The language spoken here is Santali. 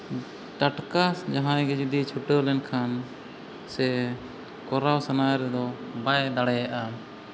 ᱴᱟᱴᱠᱟ ᱡᱟᱦᱟᱸᱭ ᱜᱮ ᱡᱩᱫᱤ ᱪᱷᱩᱴᱟᱹᱣ ᱞᱮᱱᱠᱷᱟᱱ ᱥᱮ ᱠᱚᱨᱟᱣ ᱥᱟᱱᱟᱭᱮ ᱨᱮᱫᱚ ᱵᱟᱭ ᱫᱟᱲᱮᱭᱟᱜᱼᱟ